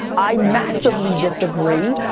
i massively disagree.